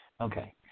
okay